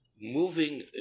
moving